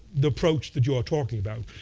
the approach that you are talking about,